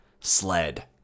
Sled